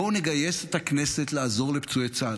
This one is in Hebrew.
בואו נגייס את הכנסת לעזור לפצועי צה"ל.